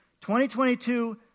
2022